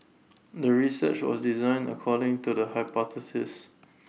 the research was designed according to the hypothesis